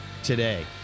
Today